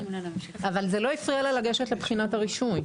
אבל זה לא הפריע לה לגשת לבחינת הרישוי.